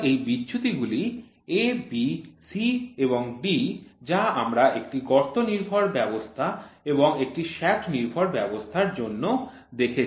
সুতরাং এই বিচ্যুতিগুলি A B C এবং D যা আমরা একটি গর্ত নির্ভর ব্যবস্থা এবং একটি শ্য়াফ্ট নির্ভর ব্যবস্থার জন্য দেখেছি